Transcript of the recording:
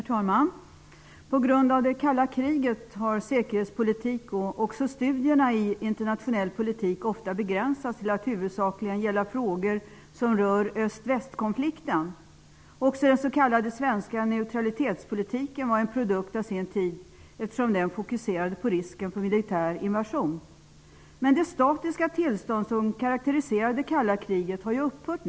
Herr talman! På grund av det kalla kriget har säkerhetspolitiken och även studierna i internationell politik ofta begränsats till att huvudsakligen gälla frågor som rör öst--västkonflikten. Också den s.k. svenska neutralitetspolitiken var en produkt av sin tid, eftersom den fokuserade på risken för militär invasion. Men det statiska tillstånd som karakteriserade det kalla kriget har upphört.